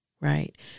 Right